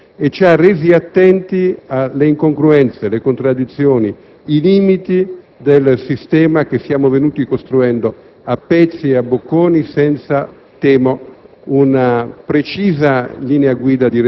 con la quale ha condotto le sue battaglie e ci ha resi attenti alle incongruenze, alle contraddizioni e ai limiti del sistema che siamo venuti costruendo a pezzi e a bocconi, senza - temo